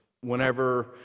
whenever